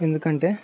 ఎందుకంటే